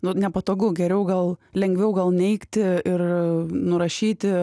nu nepatogu geriau gal lengviau gal neigti ir nurašyti